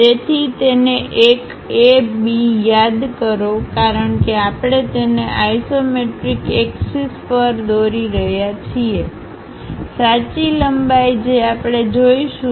તેથી તેને એક A B યાદ કરો કારણ કે આપણે તેને આઇસોમેટ્રિક એક્ષસ પર દોરી રહ્યા છીએ સાચી લંબાઈ જે આપણે જોઈશું